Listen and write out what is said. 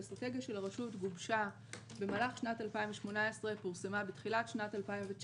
האסטרטגיה של הרשות גובשה במהלך שנת 2018 ופורסמה בתחילת שנת 2019,